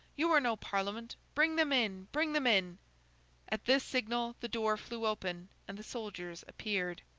you are no parliament. bring them in! bring them in at this signal the door flew open, and the soldiers appeared.